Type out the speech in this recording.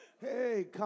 hey